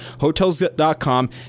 Hotels.com